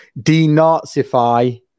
denazify